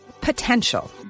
Potential